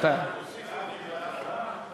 תוסיף גם אותי.